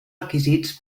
requisits